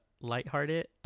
lighthearted